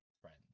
friends